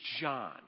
John